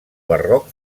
barroc